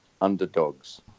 underdogs